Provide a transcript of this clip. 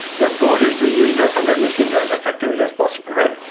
your goal is to use those hundred machines as effectively as possible, right?